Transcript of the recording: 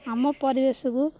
ଆମ ପରିବେଶକୁ